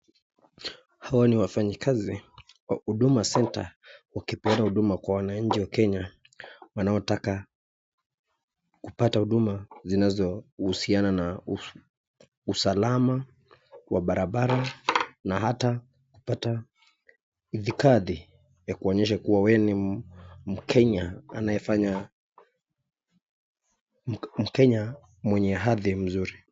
Hawa ni wafanyakazi wa huduma center wakipeana huduma kwa wananchi wa kenya wanaotaka kupata huduma zinazohusiana na usalama wa barabara na hata kupata hifadhi ya kuonyesha kuwa wewe ni mkenya anayefanya mkenya mwenye hadhi mzuri.